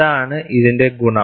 അതാണ് ഇതിന്റെ ഗുണം